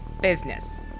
Business